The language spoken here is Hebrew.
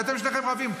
כי אתם שניכם רבים.